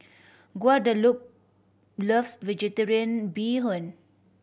Guadalupe loves Vegetarian Bee Hoon